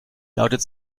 lautet